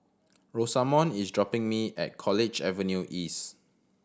Rosamond is dropping me at College Avenue East